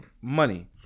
money